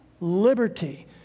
liberty